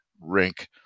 rink